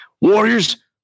Warriors